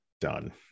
done